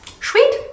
Sweet